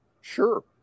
sure